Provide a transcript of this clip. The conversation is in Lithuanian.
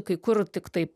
kai kur tiktai